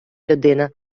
людина